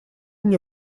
мне